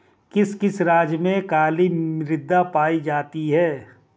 किस किस राज्य में काली मृदा पाई जाती है?